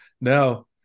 Now